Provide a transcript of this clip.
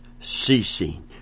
ceasing